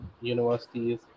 universities